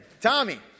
Tommy